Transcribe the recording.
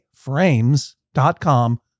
Frames.com